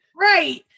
Right